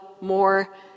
more